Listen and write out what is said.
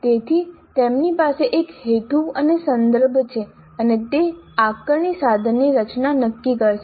તેથી તેમની પાસે એક હેતુ અને સંદર્ભ છે અને તે આકારણી સાધનની રચના નક્કી કરશે